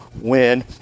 win